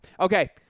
Okay